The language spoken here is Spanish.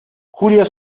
julio